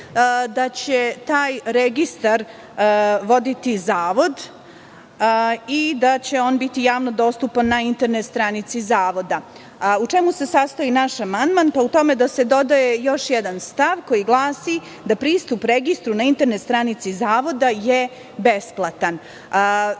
da će taj registar voditi Zavod i da će on biti javno dostupan na internet stranici Zavoda. U čemu se sastoji naš amandman? U tome da se dodaje još jedan stav koji glasi – da pristup registru na internet stranici Zavoda je besplatan. Tačno